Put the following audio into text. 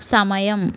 సమయం